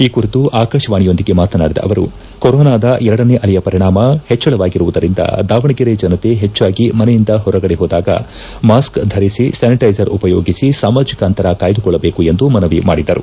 ಈ ಕುರಿತು ಆಕಾಶವಾಣಿಯೊಂದಿಗೆ ಮಾತನಾಡಿದ ಅವರು ಕರೋನಾದ ಎರಡನೇ ಅಲೆಯ ಪರಿಣಾಮ ಹೆಚ್ಚಳವಾಗಿರುವುದರಿಂದ ದಾವಣಗೆರೆ ಜನತೆ ಹೆಚ್ಚಾಗಿ ಮಸೆಯುಂದ ಹೊರಗಡೆ ಹೋದಾಗ ಮಾಸ್ಕ್ ಧರಿಸಿ ಸ್ಥಾನಿಟ್ಟೆಸರ್ ಉಪಯೋಗಿಸಿ ಸಾಮಾಜಿಕ ಅಂತರ ಕಾಯ್ದುಕೊಳ್ಳಬೇಕೆಂದು ಮನವಿ ಮಾಡಿದರು